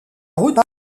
route